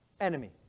enemy